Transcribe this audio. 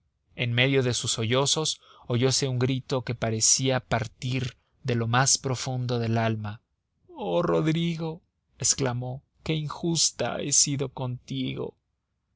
en medio de sus sollozos oyose un grito que parecía partir de lo más profundo del alma oh rodrigo exclamó que injusta he sido contigo